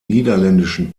niederländischen